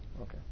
okay